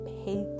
pay